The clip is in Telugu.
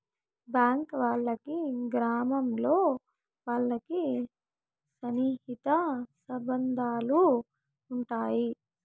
బ్యాంక్ వాళ్ళకి గ్రామాల్లో వాళ్ళకి సన్నిహిత సంబంధాలు ఉంటాయి